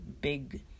big